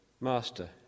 Master